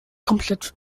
komplett